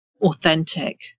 authentic